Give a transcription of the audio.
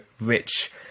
rich